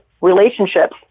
relationships